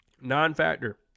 Non-factor